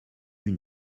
une